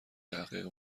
تحقیق